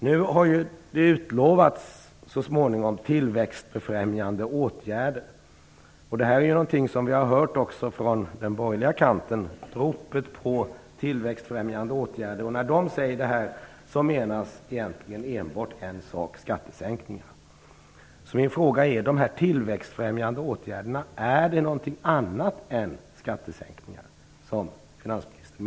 Det har utlovats tillväxtfrämjande åtgärder så småningom. Ropen på tillväxtfrämjande åtgärder är något som vi har hört också från den borgerliga kanten. När de säger det menas egentligen enbart en sak: Innebär dessa tillväxtfrämjande åtgärder något annat än skattesänkningar, menar finansministern?